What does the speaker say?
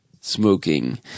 smoking